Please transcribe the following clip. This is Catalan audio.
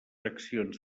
accions